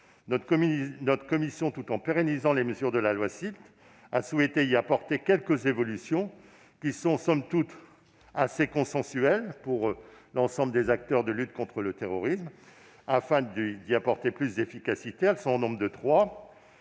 Notre commission, tout en pérennisant les mesures de la loi SILT, a souhaité proposer quelques évolutions qui sont, somme toute, assez consensuelles pour l'ensemble des acteurs de la lutte contre le terrorisme, afin de les rendre plus efficaces. Elles sont au nombre de trois